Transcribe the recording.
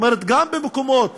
כלומר גם במקומות